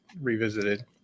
revisited